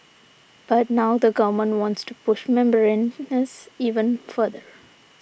but now the Government wants to push membranes even further